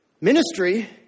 Ministry